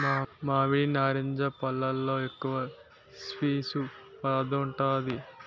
మామిడి, నారింజ పల్లులో ఎక్కువ పీసు పదార్థం ఉంటాది